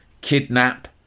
kidnap